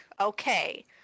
okay